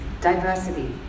Diversity